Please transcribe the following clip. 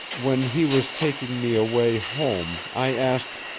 when he was taking me away home, i asked,